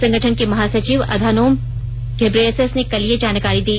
संगठन के महासचिव अधानोम घेब्रेयेसस ने कल ये जानकारी दी